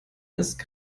ist